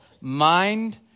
Mind